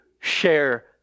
share